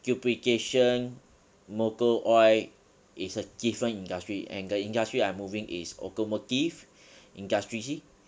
duplication motor oil is a different industry and the industry I'm moving it's automotive industry sea